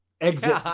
exit